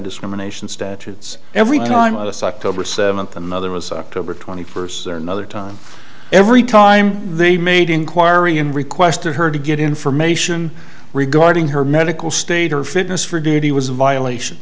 discrimination statutes every time us october seventh another was october twenty first or another time every time they made inquiry and requested her to get information regarding her medical state her fitness for duty was a violation